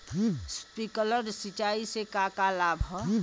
Sprinkler सिंचाई से का का लाभ ह?